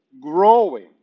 growing